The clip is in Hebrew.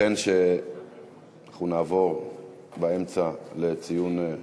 ייתכן שנעבור באמצע לציון,